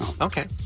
Okay